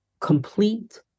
complete